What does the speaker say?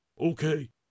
Okay